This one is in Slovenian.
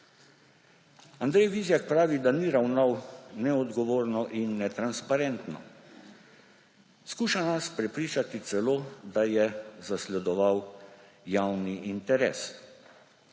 Andrej Vizjak pravi, da ni ravnal neodgovorno in netransparentno. Poskuša nas prepričati celo, da je zasledoval javni interes.